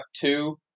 two